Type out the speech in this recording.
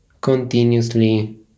continuously